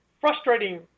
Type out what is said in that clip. Frustrating